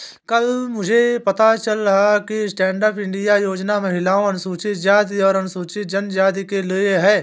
कल मुझे पता चला कि स्टैंडअप इंडिया योजना महिलाओं, अनुसूचित जाति और अनुसूचित जनजाति के लिए है